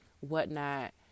whatnot